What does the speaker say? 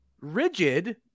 rigid